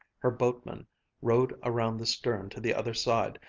her boatman rowed around the stern to the other side,